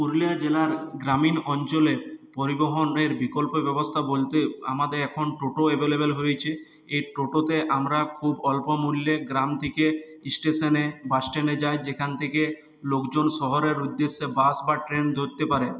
পুরুলিয়া জেলার গ্রামীণ অঞ্চলে পরিবহনের বিকল্প ব্যবস্থা বলতে আমাদের এখন টোটো অ্যাভেলেবেল হয়েছে এই টোটোতে আমরা খুব অল্প মূল্যে গ্রাম থেকে স্টেশনে বাসস্ট্যান্ডে যাই যেখান থেকে লোকজন শহরের উদ্দেশ্যে বাস বা ট্রেন ধরতে পারে